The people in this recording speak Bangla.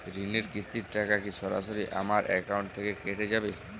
ঋণের কিস্তির টাকা কি সরাসরি আমার অ্যাকাউন্ট থেকে কেটে যাবে?